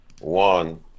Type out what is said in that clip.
One